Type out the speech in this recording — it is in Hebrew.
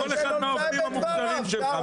הרי כל אחד מהעובדים המוכשרים שלך,